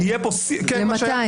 למתי?